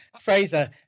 Fraser